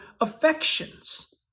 affections